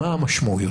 מה המשמעויות,